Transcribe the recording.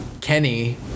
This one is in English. Kenny